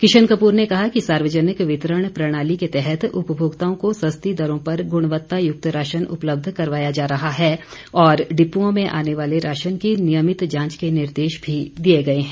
किशन कपूर ने कहा कि सार्वजनिक वितरण प्रणाली के तहत उपभोक्ताओं को सस्ती दरों पर गुणवत्तायुक्त राशन उपलब्ध कराया जा रहा है और डिपुओं में आने वाले राशन की नियमित जांच के निर्देश भी दिए गए हैं